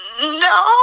No